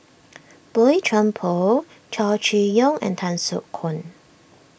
Boey Chuan Poh Chow Chee Yong and Tan Soo Khoon